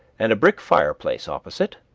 and a brick fireplace opposite.